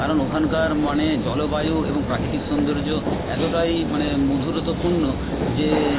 কারণ ওখানকার মানে জলবায়ু এবং প্রাকৃতিক সৌন্দর্য এতটাই মানে মধুরতাপূর্ণ যে